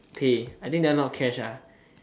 pay I think that one not cash ah